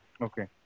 Okay